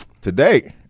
today